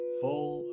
full